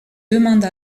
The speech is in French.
demande